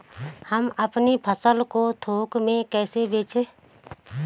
हम अपनी फसल को थोक में कैसे बेचें?